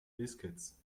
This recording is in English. biscuits